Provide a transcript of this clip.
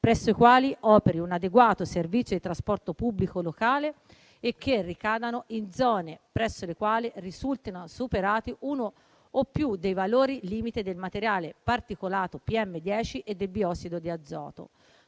presso i quali operi un adeguato servizio di trasporto pubblico locale e che ricadano in zone presso le quali risultano superati uno o più dei valori limite del materiale particolato PM10 e del biossido di azoto.